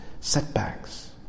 setbacks